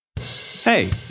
Hey